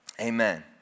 amen